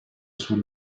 sud